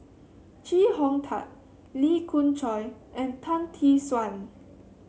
Chee Hong Tat Lee Khoon Choy and Tan Tee Suan